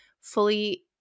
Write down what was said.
fully